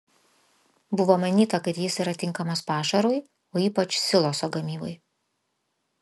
buvo manyta kad jis yra tinkamas pašarui o ypač siloso gamybai